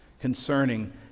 concerning